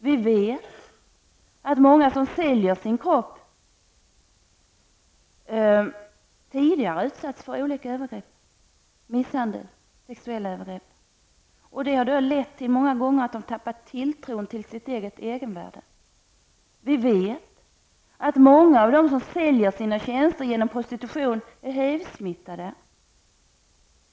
Vi vet att många som säljer sin kropp tidigare har utsatts för olika övergrepp -- misshandel och sexuella övergrepp -- vilket många gånger lett till att de tappat tilltron till sitt egenvärde. Vi vet att många av dem som säljer sina tjänster genom prostitution är HIV-smittade.